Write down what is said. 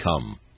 come